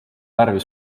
värvi